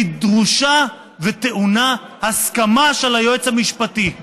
והיא דרושה וטעונה הסכמה של היועץ המשפטי.